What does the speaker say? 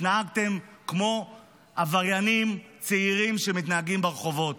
התנהגתם כמו שעבריינים צעירים מתנהגים ברחובות.